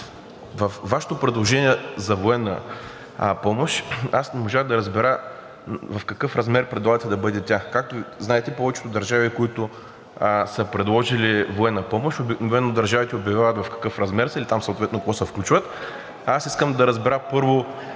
Вашето предложение за военна помощ аз не можах да разбера в какъв размер предлагате да бъде тя. Както знаете, повечето държави, които са предложили военна помощ, обикновено държавите обявяват в какъв размер са или там съответно какво се включва. Аз искам да разбера, първо,